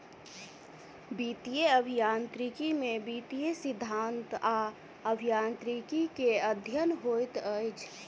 वित्तीय अभियांत्रिकी में वित्तीय सिद्धांत आ अभियांत्रिकी के अध्ययन होइत अछि